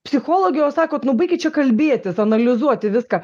psichologė o sakot nu baikit čia kalbėtis analizuoti viską